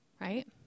right